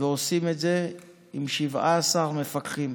ועושים את זה עם 17 מפקחים